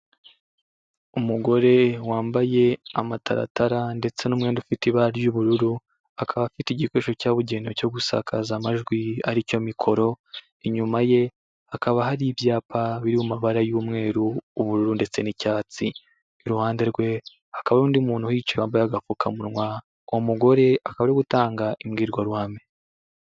Umugore wambaye amataratara ndetse n'umwenda ufite ibara ry'ubururu. Akaba afite igikoresho cyabugenewe cyo gusakaza amajwi ari cyo mikoro. Inyuma ye hakaba hari ibyapa biri mu mabara y'umweru, ubururu, ndetse n'icyatsi. Iruhande rwe hakaba hari undi muntu uhicaye wambaye agapfukamunwa. Uwo mugore akaba arigutanga imbwirwaruhame.